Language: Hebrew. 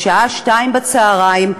בשעה 14:00,